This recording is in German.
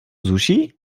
sushi